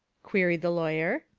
queried the lawyer.